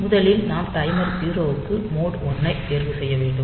முதலில் நாம் டைமர் 0 க்கு மோட் 1 ஐ தேர்வு செய்ய வேண்டும்